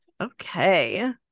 okay